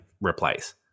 replace